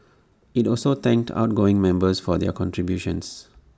IT also thanked outgoing members for their contributions